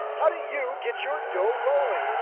how do you get your dough rolling?